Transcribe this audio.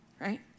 right